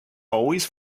always